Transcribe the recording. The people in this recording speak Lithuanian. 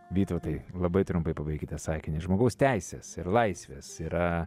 vytautai labai trumpai pabaikite sakinį žmogaus teises ir laisves yra